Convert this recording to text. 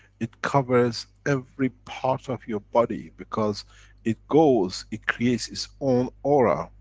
it covers every part of your body because it goes, it creates its own aura.